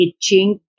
itching